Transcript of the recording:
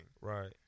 Right